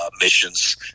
missions